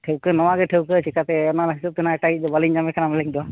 ᱴᱷᱟᱹᱣᱠᱟᱹ ᱱᱚᱣᱟ ᱜᱮ ᱴᱷᱟᱹᱣᱠᱟᱹ ᱪᱤᱠᱟᱹᱛᱮ ᱚᱱᱟᱢᱟ ᱦᱤᱥᱟᱹᱵ ᱛᱮ ᱮᱴᱟᱜᱤᱡ ᱫᱚ ᱵᱟᱞᱤᱧ ᱧᱟᱢᱮᱠᱟᱱᱟ ᱢᱟᱹᱞᱤᱠ ᱫᱚ